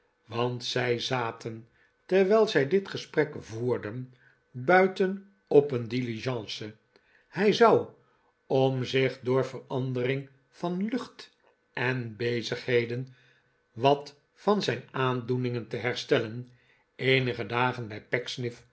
want zij zaten terwijl zij dit gesprek voerden buiten op een diligence hij zou om zich door verandering van lucht en bezigheden wat van zijn aandoeningen te herstellen eenige dagen bij